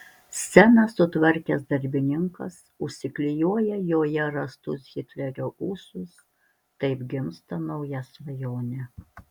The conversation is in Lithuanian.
sceną sutvarkęs darbininkas užsiklijuoja joje rastus hitlerio ūsus taip gimsta nauja svajonė